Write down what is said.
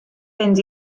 fynd